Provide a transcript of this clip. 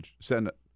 Senate